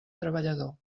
treballador